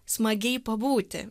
smagiai pabūti